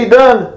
done